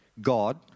God